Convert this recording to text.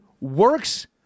works